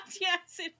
Yes